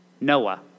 Noah